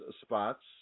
spots